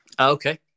Okay